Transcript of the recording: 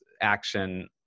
action